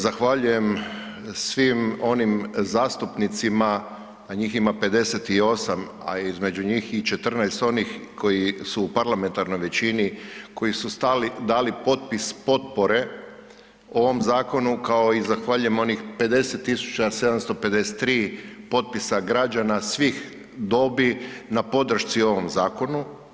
Zahvaljujem svim onim zastupnicima, a njih ima 58, a između njih i 14 onih koji su u parlamentarnoj većini, koji su stali, dali potpis potpore ovom zakonu, kao zahvaljujem i onih 50 753 potpisa građana svih dobi na podršci ovom zakonu.